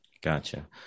gotcha